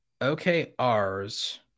OKRs